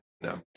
no